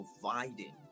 providing